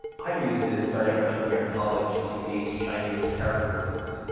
i used it starting freshman year in college to ace chinese character quizzes.